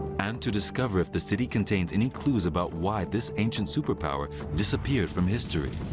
and to discover if the city contains any clues about why this ancient superpower disappeared from history.